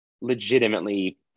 legitimately